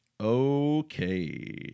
Okay